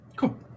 Cool